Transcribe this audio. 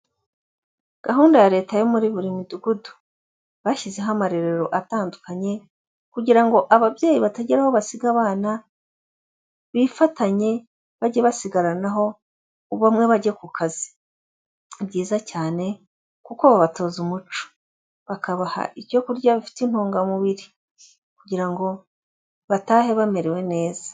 Gahunda ya Leta yo muri buri midugudu, bashyizeho amarerero atandukanye, kugira ngo ababyeyi batagira aho basiga abana bifatanye bajye basigaranaho bamwe bajye ku kazi, ni byiza cyane kuko babatoza umuco, bakabaha ibyo kurya bifite intungamubiri kugira ngo batahe bamerewe neza.